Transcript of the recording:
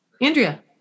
Andrea